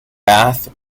bath